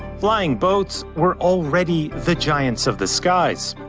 flying boats were already the giants of the skies.